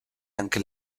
anche